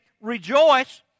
rejoice